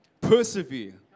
persevere